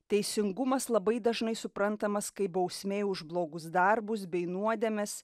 teisingumas labai dažnai suprantamas kaip bausmė už blogus darbus bei nuodėmes